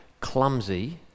clumsy